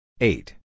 Eight